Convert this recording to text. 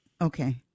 Okay